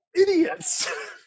idiots